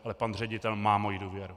Ale pan ředitel má moji důvěru.